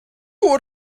would